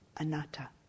anatta